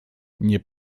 nie